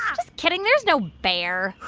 um just kidding. there's no bear.